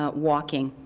ah walking.